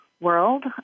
world